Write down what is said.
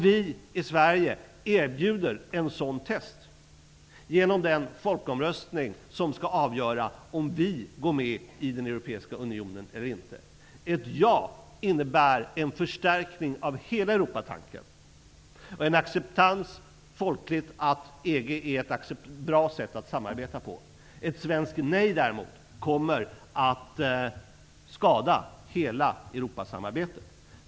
Vi i Sverige erbjuder ett sådant test genom den folkomröstning som skall avgöra om vi går med i den europeiska unionen eller inte. Ett ja innebär en förstärkning av hela Europatanken och en folklig acceptans av att EG är ett bra sätt att samarbeta på. Ett svenskt nej kommer däremot att skada hela Europasamarbetet.